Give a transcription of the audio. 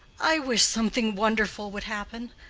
i wish something wonderful would happen.